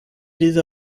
diese